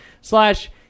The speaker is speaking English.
slash